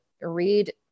read